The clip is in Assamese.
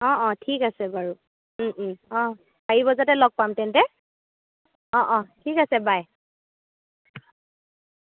অ' অ' ঠিক আছে বাৰু অ' চাৰি বজাতে লগ পাম তেন্তে অ' অ' ঠিক আছে বাই